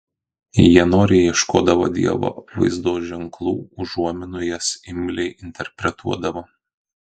jie noriai ieškodavo dievo apvaizdos ženklų užuominų jas imliai interpretuodavo